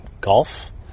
golf